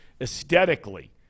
aesthetically